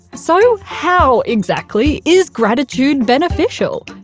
so how, exactly, is gratitude beneficial?